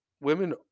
women